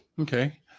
Okay